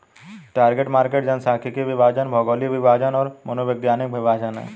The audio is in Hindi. टारगेट मार्केट जनसांख्यिकीय विभाजन, भौगोलिक विभाजन और मनोवैज्ञानिक विभाजन हैं